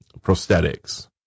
prosthetics